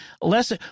less